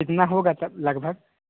कितना होगा सर लगभग